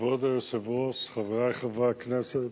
כבוד היושב-ראש, חברי חברי הכנסת,